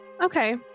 Okay